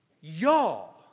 Y'all